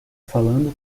falando